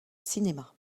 cinéma